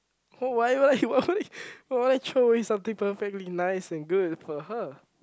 oh why why why why throw away something perfectly nice and good for her